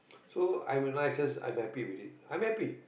so I realises I'm happy with it I'm happy